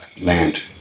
land